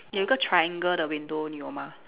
有一个 triangle 的 window 你有吗